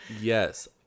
Yes